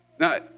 Now